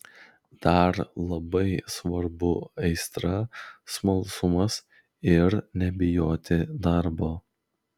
dar labai svarbu aistra smalsumas ir nebijoti darbo